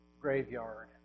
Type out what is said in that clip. graveyard